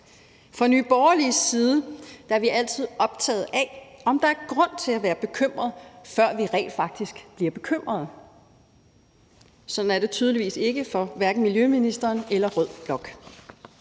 I Nye Borgerlige er vi altid optaget af, om der er grund til at være bekymrede, før vi rent faktisk bliver bekymrede. Sådan er det tydeligvis ikke for miljøministeren eller rød blok.